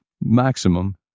maximum